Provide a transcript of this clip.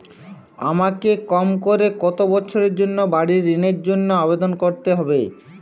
আমাকে কম করে কতো বছরের জন্য বাড়ীর ঋণের জন্য আবেদন করতে হবে?